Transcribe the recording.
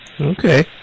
Okay